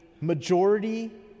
majority